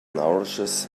nourishes